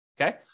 Okay